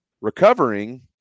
recovering